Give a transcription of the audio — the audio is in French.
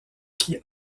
qui